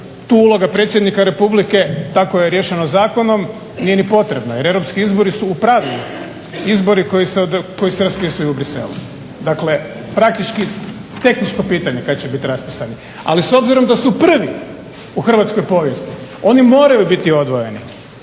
tu uloga Predsjednika Republike, tako je riješeno zakonom, nije ni potrebna, jer europski izbori su u pravilu izbori koji se raspisuju u Bruxellesu. Dakle, praktički tehničko pitanje kada će biti raspisani. Ali s obzirom da su prvi u hrvatsko povijesti, oni moraju biti odvojeni.